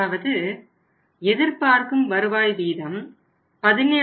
அதாவது எதிர்பார்க்கும் வருவாய் வீதம் 17